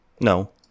No